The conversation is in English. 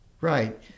Right